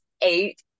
eight